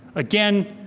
again,